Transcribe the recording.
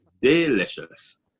Delicious